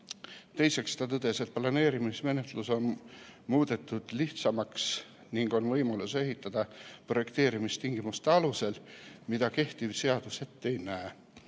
Veel tõdeti, et planeerimismenetlus on muudetud lihtsamaks ning on võimalus ehitada projekteerimistingimuste alusel. Mida kehtiv seadus ette ei näe,